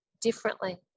differently